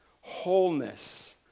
wholeness